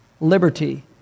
Liberty